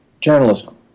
journalism